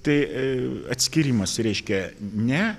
tai e atskyrimas reiškia ne